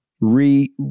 re